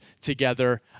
together